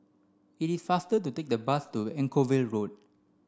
it is faster to take the bus to Anchorvale Road